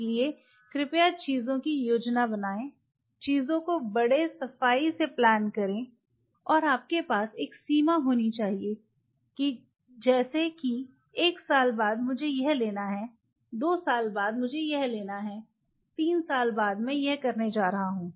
इसलिए कृपया चीजों की योजना बनाएं चीजों को बड़े सफाई से प्लान करें और आपके पास एक सीमा होनी चाहिए जैसा कि एक साल बाद मुझे यह लेना है दो साल बाद मुझे यह लेना है तीन साल बाद मैं यह करने जा रहा हूं